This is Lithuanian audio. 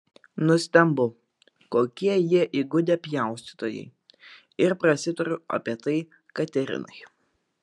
nustembu kokie jie įgudę pjaustytojai ir prasitariu apie tai katerinai